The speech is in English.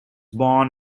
born